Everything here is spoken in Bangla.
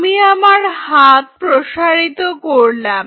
আমি আমার হাত প্রসারিত করলাম